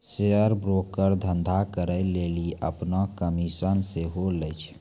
share broker धंधा करै लेली अपनो कमिशन सेहो लै छै